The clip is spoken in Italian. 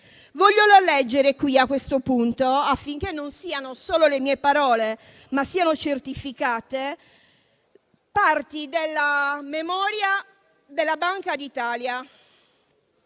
Voglio leggere a questo punto, affinché le mie parole siano certificate, parti della memoria della Banca d'Italia.